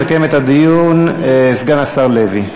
ויסכם את הדיון סגן השר לוי.